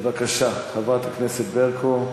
בבקשה, חברת הכנסת ברקו.